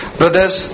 brothers